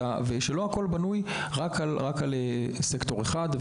הבינו שלא הכל בנוי רק על סקטור אחד.